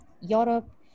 Europe